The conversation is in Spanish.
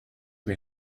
que